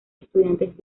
estudiantes